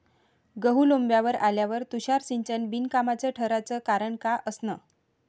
गहू लोम्बावर आल्यावर तुषार सिंचन बिनकामाचं ठराचं कारन का असन?